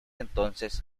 entonces